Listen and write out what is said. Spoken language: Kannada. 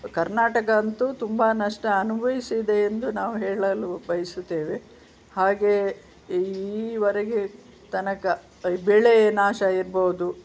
ಕರ್ನಾಟಕ ಅಂತೂ ತುಂಬಾ ನಷ್ಟ ಅನುಭವಿಸಿದೆ ಎಂದು ನಾವು ಹೇಳಲು ಬಯಸುತ್ತೇವೆ ಹಾಗೆ ಈವರೆಗೆ ತನಕ ಇ ಬೆಳೆ ನಾಶ ಇರ್ಬೋದು